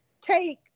take